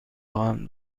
خواهم